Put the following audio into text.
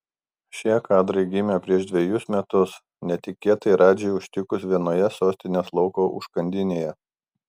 šie kadrai gimė prieš dvejus metus netikėtai radžį užtikus vienoje sostinės lauko užkandinėje